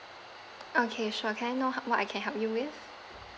okay sure can know what I can help you with